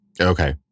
Okay